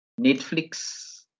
Netflix